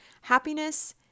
Happiness